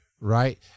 right